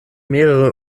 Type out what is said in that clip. mehrere